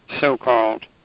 so-called